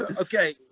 Okay